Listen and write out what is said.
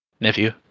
nephew